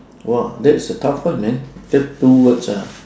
!whoa! that is a tough one man get two words ah